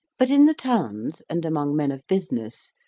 but in the towns, and among men of business,